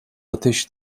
ateş